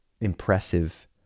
impressive